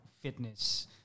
fitness